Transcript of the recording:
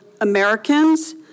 Americans